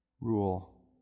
rule